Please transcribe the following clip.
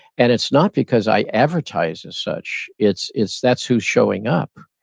and it's not because i advertised as such, it's it's that's who's showing up.